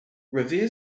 revere